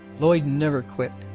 lloyd never quit,